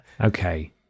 okay